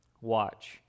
Watch